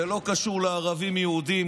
זה לא קשור לערבים יהודים,